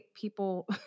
people